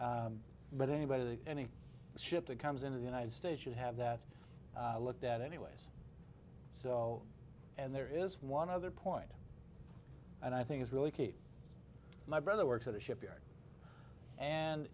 but anybody that any ship that comes into the united states should have that looked at anyways so and there is one other point and i think it's really keep my brother works at a shipyard and